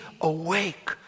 awake